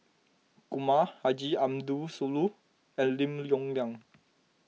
Kumar Haji Ambo Sooloh and Lim Yong Liang